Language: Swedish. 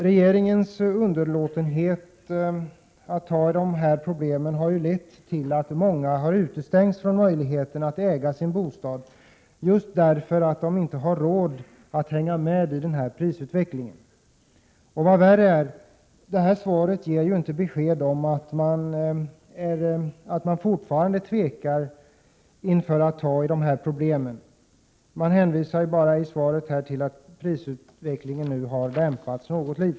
Regeringens underlåtenhet att ta i de här problemen har lett till att många har utestängts från möjligheten att äga sin bostad, just därför att de inte har råd att hänga med i prisutvecklingen. Vad värre är: Det här svaret ger besked om att man fortfarande tvekar inför att ta i de här problemen. Det hänvisas bara i svaret till att prisutvecklingen nu har dämpats något.